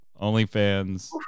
OnlyFans